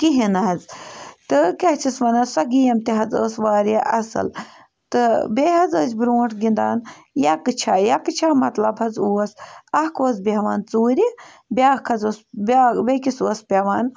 کِہیٖنۍ نَہ حظ تہٕ کیٛاہ چھِس وَنان سۄ گیم تہِ حظ ٲس واریاہ اَصٕل تہٕ بیٚیہِ حظ ٲسۍ برٛونٛٹھ گِنٛدان یکہٕ چھےٚ یکہٕ چھےٚ مطلب حظ اوس اَکھ اوس بیٚہوان ژوٗرِ بیٛاکھ حظ اوس بیٛاکھ بیٚکِس اوس پٮ۪وان